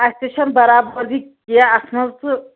اسہِ تہِ چھَنہٕ برابٔدی کینہہ اتھ منٛز تہٕ